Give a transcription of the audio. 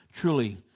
truly